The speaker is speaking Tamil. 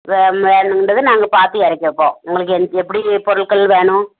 வேணும்ன்றத நாங்கள் பார்த்து இறக்கி வைப்போம் உங்களுக்கு எந்த எப்படி பொருட்கள் வேணும்